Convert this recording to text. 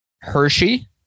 Hershey